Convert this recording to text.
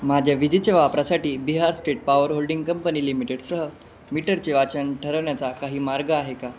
माझ्या विजेच्या वापरासाठी Bihar state power holding company लिमिटेडसह मिटरचे वाचन ठरवण्याचा काही मार्ग आहे का